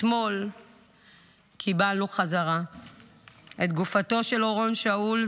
אתמול קיבלנו חזרה את גופתו של אורון שאול,